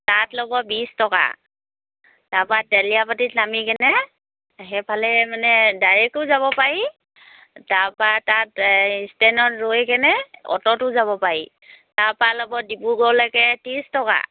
তাত ল'ব বিছ টকা তাৰপৰা তেলীয়াপতিত নামি কেনে সেইফালে মানে ডাইৰেক্টো যাব পাৰি তাৰপৰা তাত এই ষ্টেণ্ডত ৰৈ কেনে অ'টোটো যাব পাৰি তাৰপৰা ল'ব ডিব্ৰুগড়লৈকে ত্ৰিছ টকা